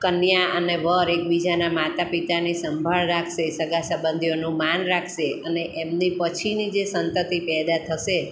કન્યા અને વર એકબીજાનાં માતા પિતાની સંભાળ રાખશે સગા સંબંધીઓનું માન રાખશે અને એમની પછીની જે સંતતિ પેદા થશે